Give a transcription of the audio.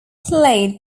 played